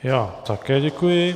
Já také děkuji.